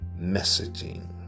messaging